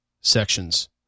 Sections